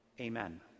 Amen